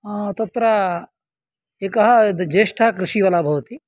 तत्र एकः ज्येष्ठकृषिवलः भवति